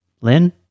Lynn